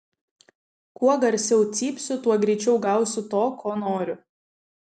kuo garsiau cypsiu tuo greičiau gausiu to ko noriu